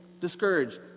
discouraged